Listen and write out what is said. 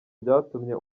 byatumye